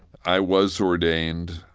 i was ordained,